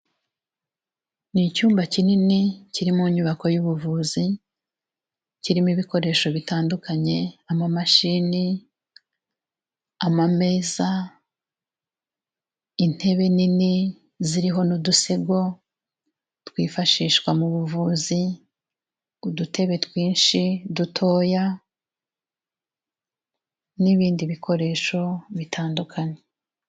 Ni icyumba kinini kiri mu nyubako y'ubuvuzi, kirimo ibikoresho bitandukanye, amamashini amameza, intebe nini ziriho n'udusego twifashishwa mu buvuzi, udutebe twinshi dutoya, n'ibindi bikoresho bitandukanye.